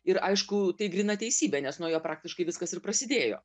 ir aišku tai gryna teisybė nes nuo jo praktiškai viskas ir prasidėjo